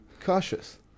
Cautious